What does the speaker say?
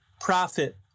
profit